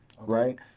Right